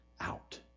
out